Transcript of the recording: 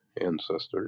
ancestors